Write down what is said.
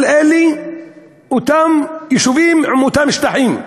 כל אלה הם אותם יישובים עם אותם שטחים,